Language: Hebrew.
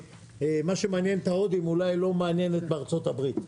מה שמעניין את ההודים אולי לא מעניין את ארצות הברית.